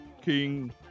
King